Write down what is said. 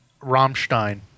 Rammstein